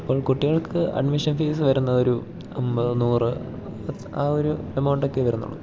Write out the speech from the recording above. ഇപ്പോൾ കുട്ടികൾക്ക് admission fees വരുന്നതൊരു അമ്പത് നൂറ് ആ ഒരു എമൗണ്ടൊക്കെയേ വരുന്നുള്ളു